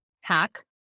hack